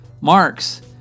Marx